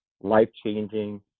life-changing